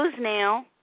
now